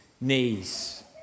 knees